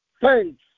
thanks